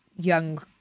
young